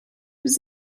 his